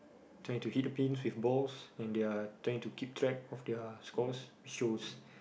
trying to hit the pins with balls and they're trying to keep track of their scores it shows